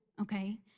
okay